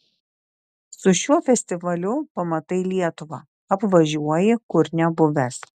su šiuo festivaliu pamatai lietuvą apvažiuoji kur nebuvęs